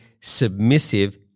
submissive